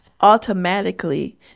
automatically